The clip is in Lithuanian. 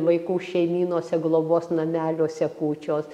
vaikų šeimynose globos nameliuose kūčios